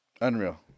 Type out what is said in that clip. Unreal